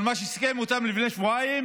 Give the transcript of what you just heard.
אבל מה שהוא סיכם איתם לפני שבועיים,